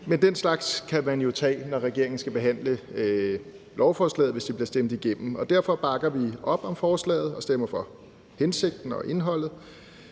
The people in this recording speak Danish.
Men den slags kan man jo tage, når regeringen skal lave lovforslaget, hvis det her bliver stemt igennem. Derfor bakker vi op om forslaget og stemmer for hensigten og indholdet